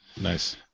Nice